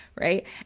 right